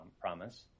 promise